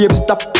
stop